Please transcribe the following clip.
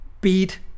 beat